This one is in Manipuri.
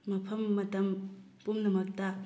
ꯃꯐꯝ ꯃꯇꯝ ꯄꯨꯝꯅꯃꯛꯇ